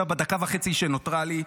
בדקה וחצי שנותרה לי,